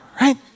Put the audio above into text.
right